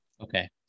okay